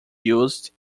used